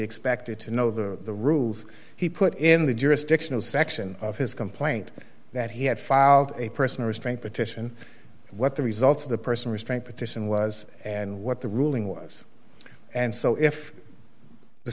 expected to know the rules he put in the jurisdictional section of his complaint that he had filed a personal restraint petition what the results of the person restraint petition was and what the ruling was and so if the